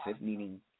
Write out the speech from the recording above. meaning